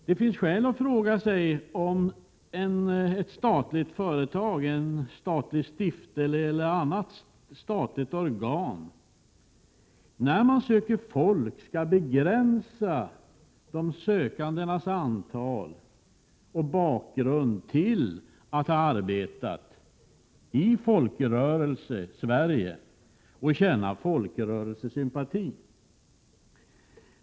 Det finns skäl att fråga sig om ett statligt företag, en statlig stiftelse eller något annat statligt organ i en platsannons skall begränsa de sökandes antal och bakgrund genom att kräva att de skall ha arbetat i Folkrörelsesverige och känna folkrörelsesympati.